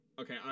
Okay